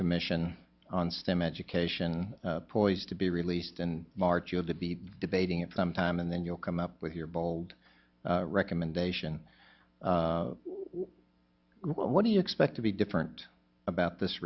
commission on stem education poised to be released in march you have to be debating it sometime and then you'll come up with your bold recommendation what do you expect to be different about this